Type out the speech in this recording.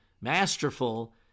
masterful